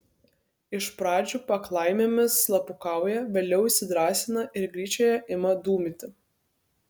iš pradžių paklaimėmis slapukauja vėliau įsidrąsina ir gryčioje ima dūmyti